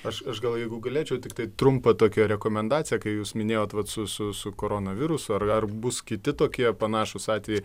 aš aš gal jeigu galėčiau tiktai trumpą tokią rekomendaciją kai jūs minėjot vat su su su koronavirusu ar ar bus kiti tokie panašūs atvejai